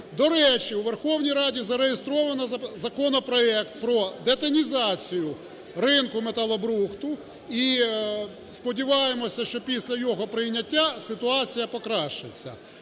До речі, у Верховній Раді зареєстровано законопроект про детінізацію ринку металобрухту, і сподіваємося, що після його прийняття ситуація покращиться.